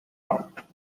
out